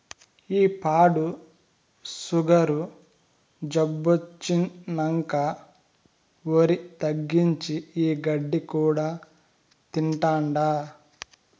ఈ పాడు సుగరు జబ్బొచ్చినంకా ఒరి తగ్గించి, ఈ గడ్డి కూడా తింటాండా